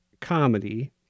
comedy